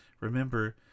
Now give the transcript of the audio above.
remember